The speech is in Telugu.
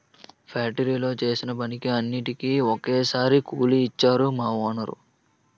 ఫ్యాక్టరీలో చేసిన పనికి అన్నిటికీ ఒక్కసారే కూలి నిచ్చేరు మా వోనరు